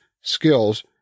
skills